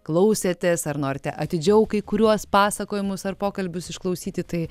klausėtės ar norite atidžiau kai kuriuos pasakojimus ar pokalbius išklausyti tai